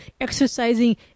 exercising